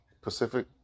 Pacific